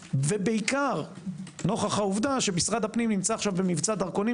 ובעיקר נוכח העובדה שמשרד הפנים נמצא עכשיו במבצע דרכונים